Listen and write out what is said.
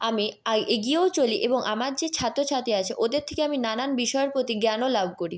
আমি এগিয়েও চলি এবং আমার যে ছাত্র ছাত্রী আছে ওদের থেকে আমি নানান বিষয়ের প্রতি জ্ঞানও লাভ করি